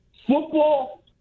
Football